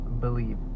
believe